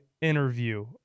interview